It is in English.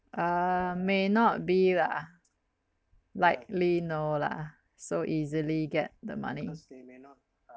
uh may not be lah likely no lah so easily get the money